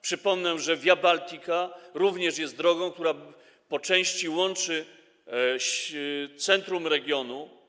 Przypomnę, że Via Baltica również jest drogą, która po części łączy centrum regionu.